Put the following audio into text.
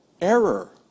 error